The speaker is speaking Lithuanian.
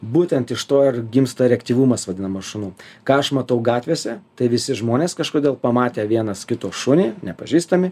būtent iš to ir gimsta reaktyvumas vadinamas šunų ką aš matau gatvėse tai visi žmonės kažkodėl pamatę vienas kito šunį nepažįstami